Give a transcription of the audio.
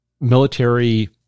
military